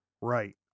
Right